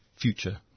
future